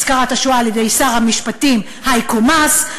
הזכרת השואה על-ידי שר המשפטים הייקו מאס,